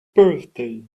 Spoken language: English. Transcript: birthday